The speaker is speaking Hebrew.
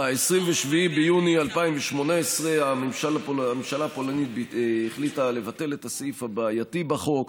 ב-27 ביוני 2018 הממשלה הפולנית החליטה לבטל את הסעיף הבעייתי בחוק.